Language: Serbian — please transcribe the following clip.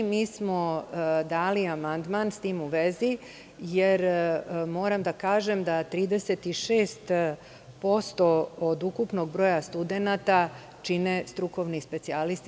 Dali smo amandman s tim u vezi, jer moram da kažem da 36% od ukupnog broja studenata čine strukovni specijalisti.